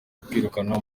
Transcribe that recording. kwirukana